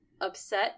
upset